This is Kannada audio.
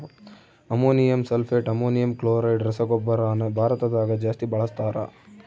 ಅಮೋನಿಯಂ ಸಲ್ಫೆಟ್, ಅಮೋನಿಯಂ ಕ್ಲೋರೈಡ್ ರಸಗೊಬ್ಬರನ ಭಾರತದಗ ಜಾಸ್ತಿ ಬಳಸ್ತಾರ